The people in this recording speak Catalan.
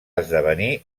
esdevenir